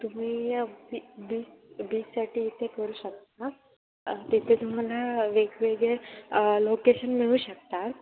तुम्ही बी बीच बीचसाठी इथे करू शकता तिथे तुम्हाला वेगवेगळे लोकेशन मिळू शकतात